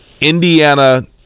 Indiana